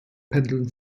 pendeln